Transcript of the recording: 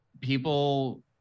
people